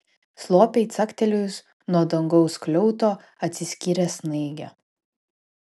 slopiai caktelėjus nuo dangaus skliauto atsiskyrė snaigė